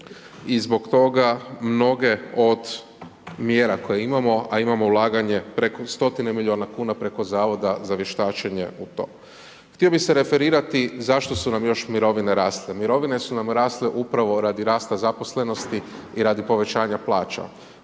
i zbog toga mnoge od mjera koje imamo a imamo ulaganje preko, stotine milijuna kuna preko Zavoda za vještačenje u to. Htio bih se referirati zašto su nam još mirovine rasle. Mirovine su nam rasle upravo radi rasta zaposlenosti i radi povećanja plaća.